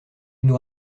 nous